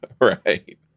Right